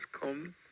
come